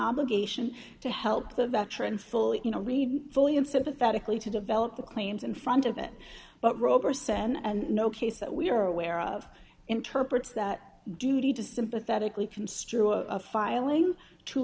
obligation to help the veteran fully you know read fully unsympathetically to develop the claims in front of it but roper sen and no case that we are aware of interprets that duty to sympathetically construe a filing to